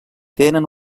tenen